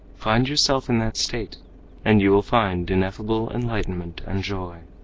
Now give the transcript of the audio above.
find yourself in that state and you will find ineffable enlightenment and joy.